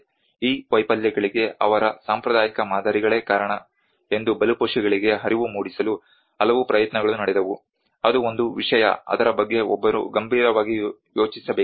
ಈ ವೈಫಲ್ಯಗಳಿಗೆ ಅವರ ಸಾಂಪ್ರದಾಯಿಕ ಮಾದರಿಗಳೇ ಕಾರಣ ಎಂದು ಬಲಿಪಶುಗಳಿಗೆ ಅರಿವು ಮೂಡಿಸಲು ಹಲವು ಪ್ರಯತ್ನಗಳು ನಡೆದವು ಅದು ಒಂದು ವಿಷಯ ಅದರ ಬಗ್ಗೆ ಒಬ್ಬರು ಗಂಭೀರವಾಗಿ ಯೋಚಿಸಬೇಕಾಗಿದೆ